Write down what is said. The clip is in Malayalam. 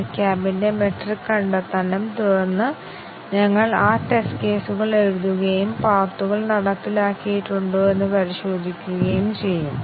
ഇവിടെ കൺട്രോൾ ഫ്ലോ ഗ്രാഫ് നമുക്കറിയാവുന്നതുപോലെ ഒരു പ്രോഗ്രാമിന്റെ വ്യത്യസ്ത നിർദ്ദേശങ്ങൾ നടപ്പിലാക്കുന്ന ശ്രേണിയെ ഇത് പ്രതിനിധീകരിക്കുന്നു